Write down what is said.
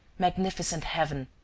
magnificent heaven,